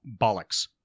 bollocks